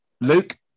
Luke